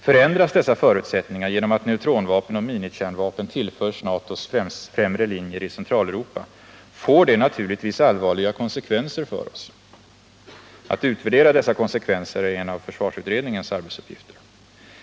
Förändras dessa förutsättningar genom att neutronvapen och minikärnvapen tillförs NATO:s främre linjer i Centraleuropa, får det naturligtvis allvarliga konsekvenser för oss. Att utvärdera dessa konsekvenser är en av försvarsutredningens arbetsuppgifter.